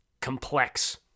complex